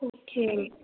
okay